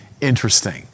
interesting